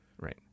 Right